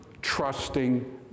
trusting